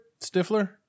Stifler